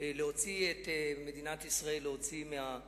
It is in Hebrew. כדי להוציא את מדינת ישראל מהמיתון,